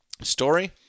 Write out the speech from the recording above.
Story